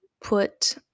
put